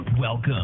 Welcome